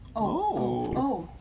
oh.